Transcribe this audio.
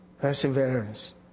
Perseverance